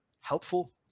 helpful